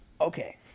Okay